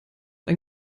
ein